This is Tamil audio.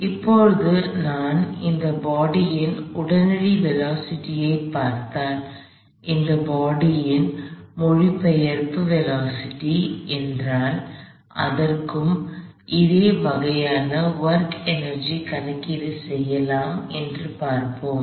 இப்போது நான் இந்த பாடி ன் உடனடி வேலோசிட்டி ஐ பார்த்தால் இந்த பாடி யின் பெயர்ச்சிமொழிபெயர்ப்பு வேலோஸிட்டி என்றால் இதற்கும் இதே வகையான ஒர்க் எனர்ஜி கணக்கீடு செய்யலாம் என்று பார்ப்போம்